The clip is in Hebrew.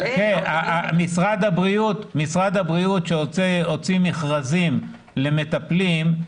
אבל --- משרד הבריאות שהוציא מכרזים למטפלים,